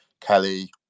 Kelly